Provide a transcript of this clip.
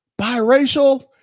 biracial